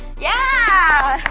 yeah.